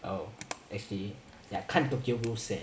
oh actually ya 看 tokyo ghoul 先